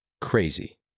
crazy